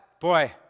boy